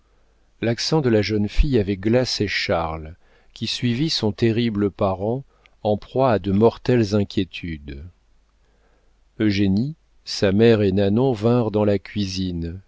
l'accent de la jeune fille avait glacé charles qui suivit son terrible parent en proie à de mortelles inquiétudes eugénie sa mère et nanon vinrent dans la cuisine